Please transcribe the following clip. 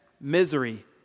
misery